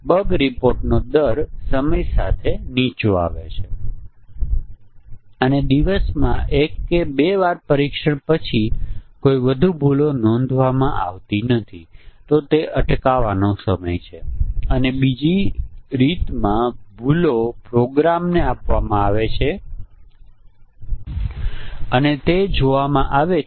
જો તમે સમજવા માંગતા હોવ કે તે શા માટે છે જો તમે પ્રોગ્રામ કોડને જોશો તો ખરેખર આપણે શરત વિધાન ના સંભવિત સંયોજનોને ધ્યાનમાં લેતા કેસ અને પછી આ દરેકમાંના કેસ જોતા નથી બલ્કે ફક્ત થોડા શરતોના સંયોજનોને ધ્યાનમાં લેતા નિવેદનો છે